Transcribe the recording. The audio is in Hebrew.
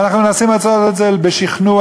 ואנחנו מנסים לעשות את זה בשכנוע,